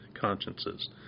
consciences